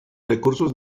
recursos